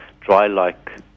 dry-like